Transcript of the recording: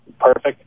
perfect